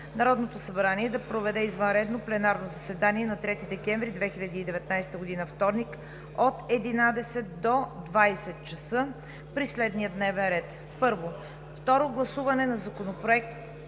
„Народното събрание да проведе извънредно пленарно заседание на 3 декември 2019 г., вторник, от 11,00 ч. до 20,00 ч. при следния дневен ред: 1. Второ гласуване на Законопроекта